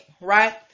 right